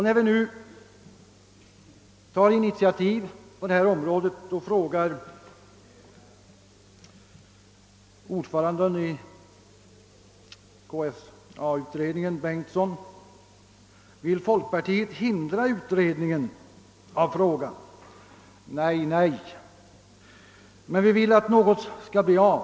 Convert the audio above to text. När vi nu tar initiativ på detta område frågar ordföranden i KSA-utredningen, herr Bengtsson i Varberg, om folkpartiet vill hindra utredningen av frågan. Nej, men vi vill att något skall bli av.